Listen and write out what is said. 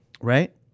right